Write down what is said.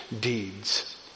deeds